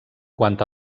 quant